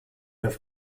have